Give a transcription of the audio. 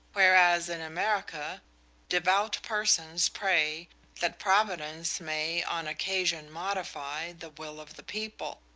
whereas in america devout persons pray that providence may on occasion modify the will of the people.